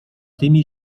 tymi